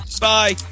Bye